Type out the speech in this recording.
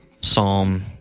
Psalm